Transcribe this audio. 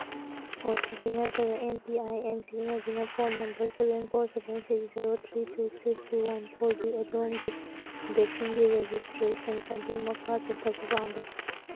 ꯑꯣ T P ꯅꯠꯇ꯭ꯔꯒ M P I N ꯁꯤꯖꯤꯟꯅꯗꯨꯅ phone number seven four seven six zero three two six two one ꯐꯣꯔꯒꯤ ꯑꯗꯣꯝꯒꯤ ꯚꯦꯛꯁꯤꯟꯒꯤ ꯔꯦꯖꯤꯁꯇ꯭ꯔꯦꯁꯟ ꯑꯗꯨ ꯃꯈꯥ ꯆꯠꯊꯕ ꯄꯥꯝꯕ꯭ꯔꯥ